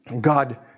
God